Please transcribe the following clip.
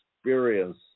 experience